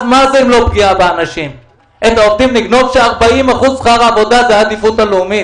את העובדים נגנוב כאשר 40 אחוזים שכר עבודה זאת עדיפות לאומית?